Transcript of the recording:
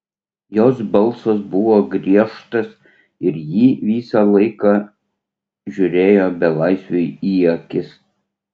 jos balsas buvo griežtas ir ji visą laiką žiūrėjo belaisviui į akis